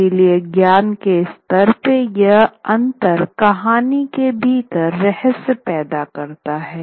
इसलिए ज्ञान के स्तर में यह अंतर कहानी के भीतर रहस्य पैदा करता है